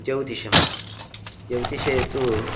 ज्यौतिषं ज्यौतिषे तु